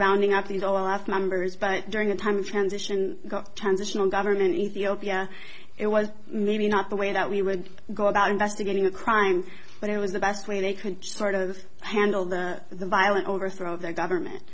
rounding up these all have members but during a time of transition transitional government ethiopia it was maybe not the way that we would go about investigating a crime but it was the best way they could sort of handle the the violent overthrow the government